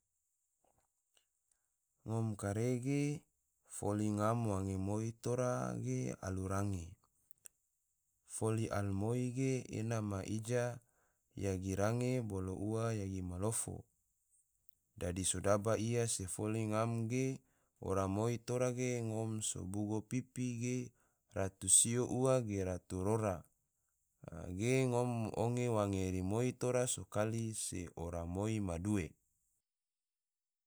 Ngom kare ge, foli ngam wange moi tora ge alu range, foli alu moi ge ena ma ija nyagi range bolo u nyagi malofo, dadi so daba ia se foli ngam ge ora moi tora ge ngom so bugo pipi ge, ratu sio ua ge ratu rora, a ge ngom onge wange rimoi tora so kali se ora moi ma due